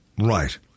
Right